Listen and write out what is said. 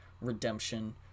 redemption